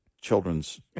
children's